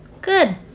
Good